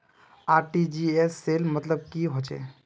RTGS सेल मतलब की होचए?